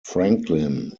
franklin